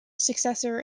successor